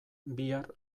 bihar